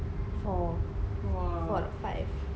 four four over five